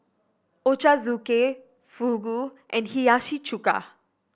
Ochazuke Fugu and Hiyashi Chuka